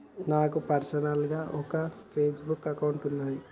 నాకు పర్సనల్ గా ఒక ఫేస్ బుక్ అకౌంట్ వున్నాది